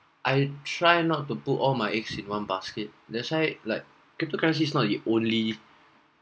I try not to put all my eggs in one basket that's why like cryptocurrency is not the only